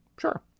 Sure